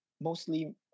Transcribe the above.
mostly